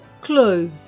clothes